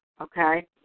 okay